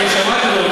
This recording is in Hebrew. אני שמעתי אותו,